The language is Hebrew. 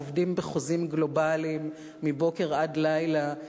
עובדים בחוזים גלובליים מבוקר עד לילה,